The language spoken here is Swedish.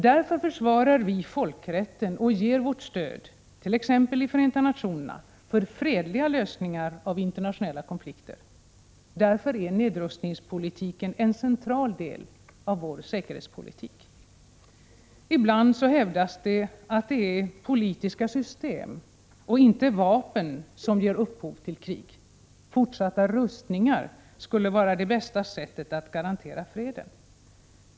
Därför försvarar vi folkrätten och ger vårt stöd, t.ex. i FN, för fredliga lösningar av internationella konflikter. Därför är nedrustningspolitiken en central del av vår säkerhetspolitik. Ibland hävdas det att det är politiska system och inte vapen som ger upphov till krig. Fortsatta rustningar skulle vara det bästa sättet att garantera freden.